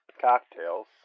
Cocktails